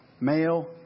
male